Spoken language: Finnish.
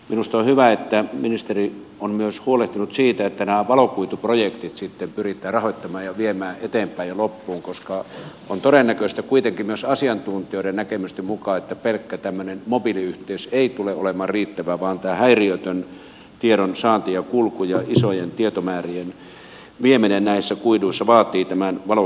minusta on hyvä että ministeri on myös huolehtinut siitä että nämä valokuituprojektit sitten pyritään rahoittamaan ja viemään eteenpäin ja loppuun koska on todennäköistä kuitenkin myös asiantuntijoiden näkemysten mukaan että tämmöinen pelkkä mobiiliyhteys ei tule olemaan riittävä vaan tämä häiriötön tiedonsaanti ja kulku ja isojen tietomäärien vieminen näissä kuiduissa vaatii tämän valokuidun